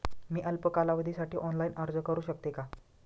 मी अल्प कालावधीसाठी ऑनलाइन अर्ज करू शकते का?